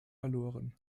verloren